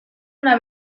una